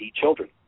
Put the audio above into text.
children